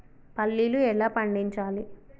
పల్లీలు ఎలా పండించాలి?